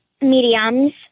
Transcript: Mediums